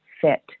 fit